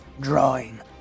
drawing